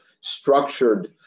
structured